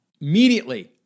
immediately